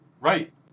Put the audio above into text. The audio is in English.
Right